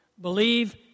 Believe